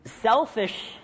Selfish